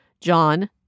John